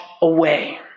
away